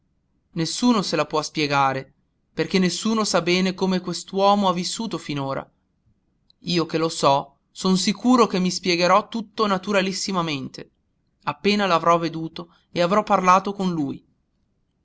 nessuno se la può spiegare perché nessuno sa bene come quest'uomo ha vissuto finora io che lo so son sicuro che mi spiegherò tutto naturalissimamente appena l'avrò veduto e avrò parlato con lui